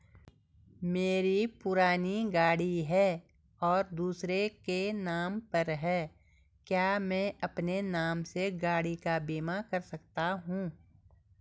मेरी पुरानी गाड़ी है और दूसरे के नाम पर है क्या मैं अपने नाम से गाड़ी का बीमा कर सकता हूँ?